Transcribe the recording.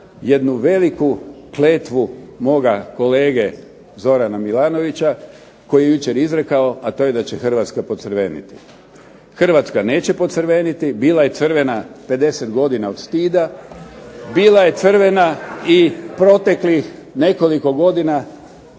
jednu veliku kletvu moga kolege Zorana Milanovića koju je jučer izrekao, a to je da će Hrvatska pocrveniti. Hrvatska neće pocrveniti, bila je crvena 50 godina od stida, bila je crvena i proteklih nekoliko godina